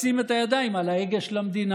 לשים את הידיים על ההגה של המדינה.